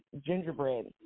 gingerbread